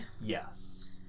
yes